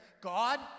God